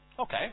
Okay